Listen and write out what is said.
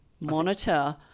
monitor